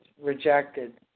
Rejected